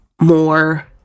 more